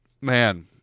Man